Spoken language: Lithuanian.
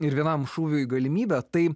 ir vienam šūviui galimybę tai